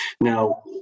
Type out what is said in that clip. now